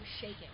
shaking